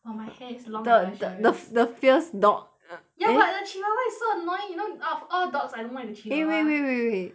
!wah! my hair is long and luxurious the the the the fierce dog err ya but the chihuahua is so annoying you know of all dogs I don't like the chihuahua eh wait wait wait wait